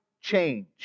change